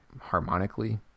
harmonically